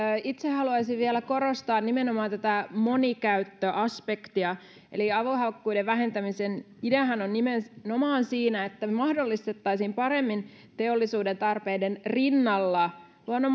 itse haluaisin vielä korostaa nimenomaan tätä monikäyttöaspektia eli avohakkuiden vähentämisen ideahan on nimenomaan siinä että mahdollistettaisiin paremmin teollisuuden tarpeiden rinnalla luonnon